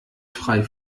frei